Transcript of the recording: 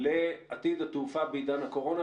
לעתיד התעופה בעידן הקורונה,